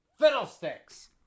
Fiddlesticks